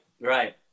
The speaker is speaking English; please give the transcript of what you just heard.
Right